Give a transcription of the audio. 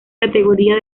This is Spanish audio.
categoría